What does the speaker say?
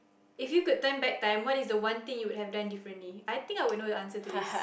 if you could turn back time what is the one thing you would have done differently I think I would know the answer to this